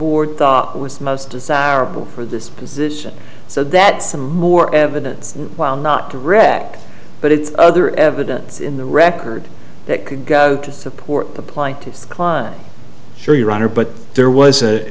was the most desirable for this position so that some more evidence while not to wreck but it's other evidence in the record that could go to support the plaintiffs kline sure your honor but there was a